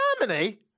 Germany